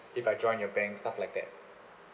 if I join your bank stuff like that